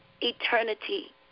eternity